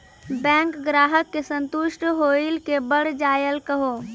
Bank ग्राहक के संतुष्ट होयिल के बढ़ जायल कहो?